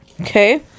Okay